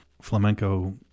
flamenco